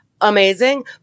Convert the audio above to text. amazing